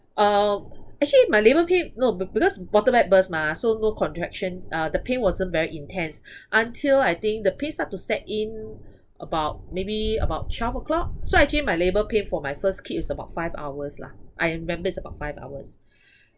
uh actually my labour pain no but because water bag burst mah so no contraction uh the pain wasn't very intense until I think the pain start to set in about maybe about twelve o'clock so actually my labour pain for my first kid is about five hours lah I remember it's about five hours